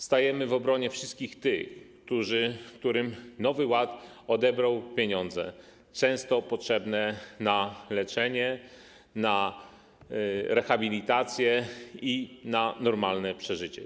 Stajemy w obronie wszystkich tych, którym Nowy Ład odebrał pieniądze często potrzebne na leczenie, na rehabilitację i na normalne przeżycie.